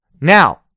Now